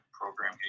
program